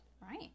Right